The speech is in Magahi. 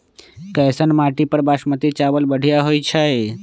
कैसन माटी पर बासमती चावल बढ़िया होई छई?